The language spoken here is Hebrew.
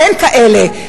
אין כאלה.